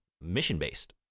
mission-based